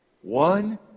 one